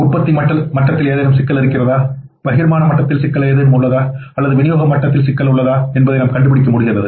உற்பத்தி மட்டத்தில் ஏதேனும் சிக்கல் இருக்கிறதா பகிர்மான மட்டத்தில் சிக்கல் உள்ளதா அல்லது விநியோக மட்டத்தில் சிக்கல் உள்ளதா என்பதை நாம் கண்டுபிடிக்க முடிகிறது